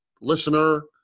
listener